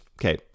Okay